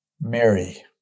Mary